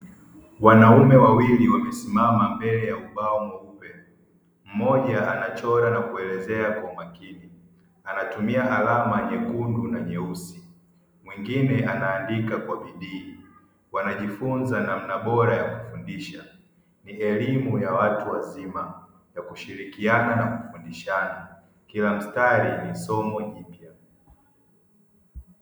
Wanaume wawili wamesimama mbele ya ubao mweupe mmoja anachora na kuelezea kwa umakini anatumia alama nyekundu na nyeusi mwingine anaandika kwa bidii, wanajifunza namna bora ya kufundisha ni elimu ya watu wazima ya kushirikiana na kufundishana kila mstari ni somo jipya.